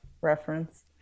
reference